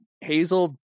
Hazel